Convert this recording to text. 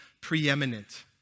preeminent